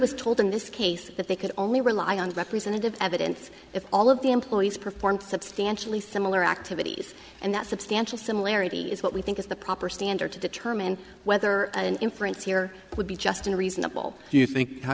was told in this case that they could only rely on the representative evidence if all of the employees performed substantially similar activities and that substantial similarity is what we think is the proper standard to determine whether an inference here would be just a reasonable you think how